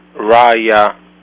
Raya